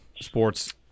Sports